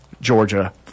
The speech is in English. Georgia